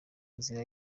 nzira